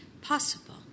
possible